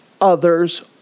others